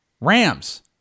Rams